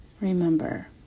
Remember